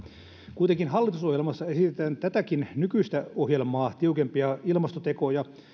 kuitenkin hallitusohjelmassa esitetään tätä nykyistäkin ohjelmaa tiukempia ilmastotekoja